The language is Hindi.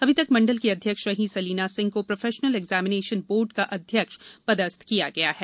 अभी तक मंडल की अध्यक्ष रहीं सलीना सिंह को प्रोफेशनल एग्जामिनेशन बोर्ड का अध्यक्ष पदस्थ किया गया है